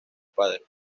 padre